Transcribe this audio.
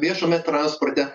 viešame transporte